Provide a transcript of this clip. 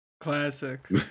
Classic